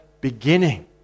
beginning